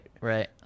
right